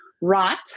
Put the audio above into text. right